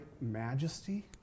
majesty